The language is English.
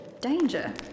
Danger